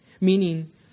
Meaning